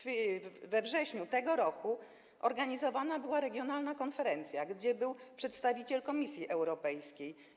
We wrześniu tego roku organizowana była regionalna konferencja, na której był przedstawiciel Komisji Europejskiej.